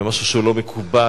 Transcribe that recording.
במשהו שהוא לא מקובל,